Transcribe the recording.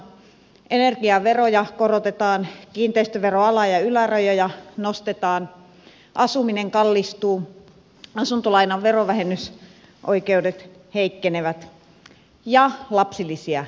energiaveroja korotetaan kiinteistöveron ala ja ylärajoja nostetaan asuminen kallistuu asuntolainan verovähennysoikeudet heikkenevät ja lapsilisiä leikataan